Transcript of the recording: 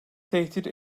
tehdit